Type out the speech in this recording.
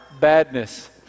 badness